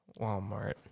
Walmart